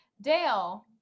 Dale